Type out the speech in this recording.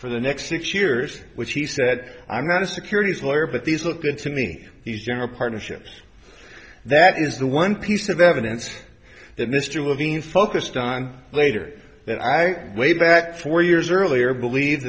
for the next six years which he said i'm not a securities lawyer but these look and to me he's general partnerships that is the one piece of evidence that mr levine focused on later that i laid back four years earlier believe